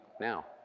now